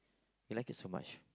we like it so much